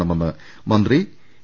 കണമെന്ന് മന്ത്രി എ